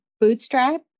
bootstrap